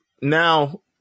now